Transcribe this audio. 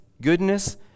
goodness